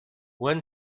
when